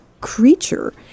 creature